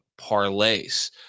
parlays